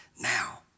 now